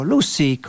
Lucy